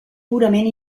purament